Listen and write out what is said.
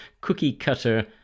cookie-cutter